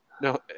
No